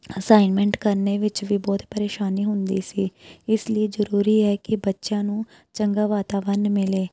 assignment ਕਰਨ ਵਿੱਚ ਵੀ ਬਹੁਤ ਪਰੇਸ਼ਾਨੀ ਹੁੰਦੀ ਸੀ ਇਸ ਲਈ ਜ਼ਰੂਰੀ ਹੈ ਕਿ ਬੱਚਿਆਂ ਨੂੰ ਚੰਗਾ ਵਾਤਾਵਰਨ ਮਿਲੇ